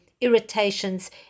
irritations